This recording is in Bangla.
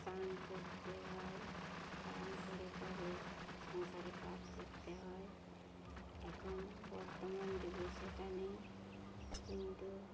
স্নান করতে হয় স্নান করে তবে সংসারে কাজ করতে হয় এখন বর্তমান যুগে সেটা নেই কিন্তু